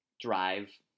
drive